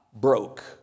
broke